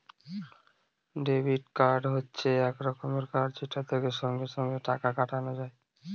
debit card হচ্ছে এক রকমের কার্ড যেটা থেকে সঙ্গে সঙ্গে টাকা কাটানো যায়